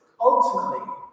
Ultimately